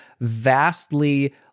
vastly